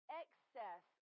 excess